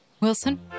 Wilson